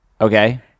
Okay